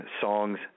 Songs